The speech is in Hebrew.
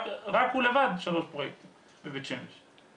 רק הוא לבד שלושה פרויקטים בבית שמש.